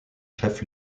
chef